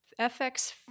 FX